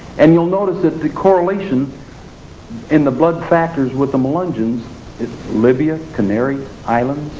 and you'll notice that the correlation in the blood factors with the melungeons libya, canary islands,